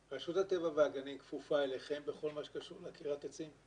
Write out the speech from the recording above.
רשות הטבע והגנים כפופה אליכם בכל מה שקשור לכריתת עצים?